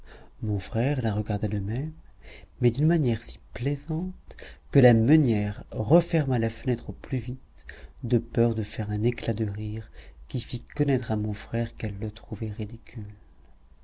mon frère la regarda de même mais d'une manière si plaisante que la meunière referma la fenêtre au plus vite de peur de faire un éclat de rire qui fît connaître à mon frère qu'elle le trouvait ridicule